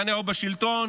נתניהו בשלטון,